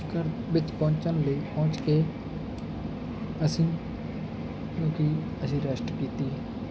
ਘਰ ਵਿੱਚ ਪਹੁੰਚਣ ਲਈ ਪਹੁੰਚ ਕੇ ਅਸੀਂ ਜੋ ਕਿ ਅਸੀਂ ਰੈਸਟ ਕੀਤੀ